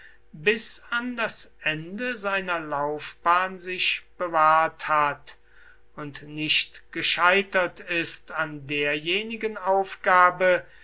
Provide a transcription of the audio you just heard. bis an das ende seiner laufbahn sich bewahrt hat und nicht gescheitert ist an derjenigen aufgabe